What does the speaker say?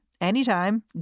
anytime